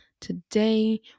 Today